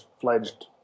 fledged